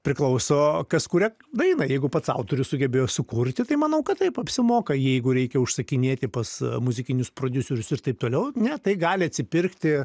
priklauso kas kuria dainą jeigu pats autorius sugebėjo sukurti tai manau kad taip apsimoka jeigu reikia užsakinėti pas muzikinius prodiuserius ir taip toliau ne tai gali atsipirkti